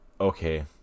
Okay